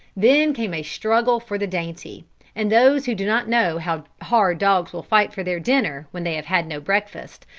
then came a struggle for the dainty and those who do not know how hard dogs will fight for their dinner, when they have had no breakfast,